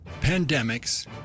pandemics